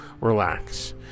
relax